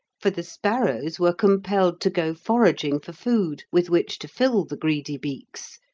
for the sparrows were compelled to go foraging for food with which to fill the greedy beaks,